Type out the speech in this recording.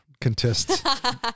Contests